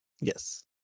Yes